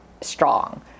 strong